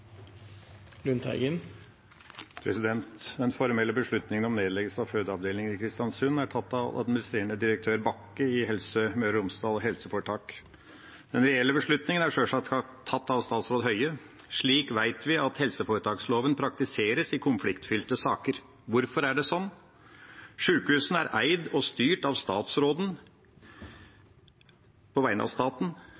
tatt av administrerende direktør Bakke i Helse Møre og Romsdal helseforetak. Den reelle beslutningen er sjølsagt tatt av statsråd Høie. Slik vet vi at helseforetaksloven praktiseres i konfliktfylte saker. Hvorfor er det sånn? Sjukehusene er eid og styrt av statsråden